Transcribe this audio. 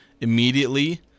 immediately